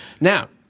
Now